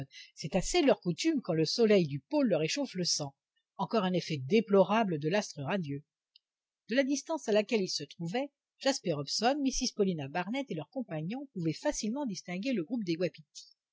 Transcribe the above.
c'est assez leur coutume quand le soleil du pôle leur échauffe le sang encore un effet déplorable de l'astre radieux de la distance à laquelle ils se trouvaient jasper hobson mrs paulina barnett et leurs compagnons pouvaient facilement distinguer le groupe des wapitis